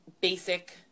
basic